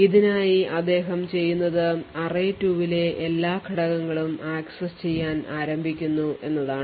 ഇതിനായി അദ്ദേഹം ചെയ്യുന്നത് array2 ലെ എല്ലാ ഘടകങ്ങളും ആക്സസ് ചെയ്യാൻ ആരംഭിക്കുന്നു എന്നതാണ്